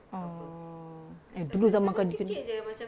oh eh dulu zaman gedik-gedik